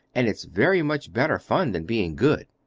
and it's very much better fun than being good.